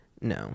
No